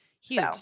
Huge